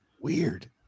Weird